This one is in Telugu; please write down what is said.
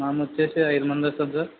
మేము వచ్చేసి ఐదు మంది వస్తాం సార్